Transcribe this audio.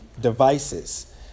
devices